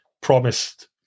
promised